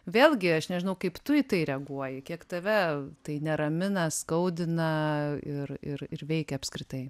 vėlgi aš nežinau kaip tu į tai reaguoji kiek tave tai neramina skaudina ir ir ir veikia apskritai